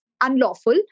unlawful